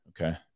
okay